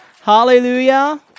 Hallelujah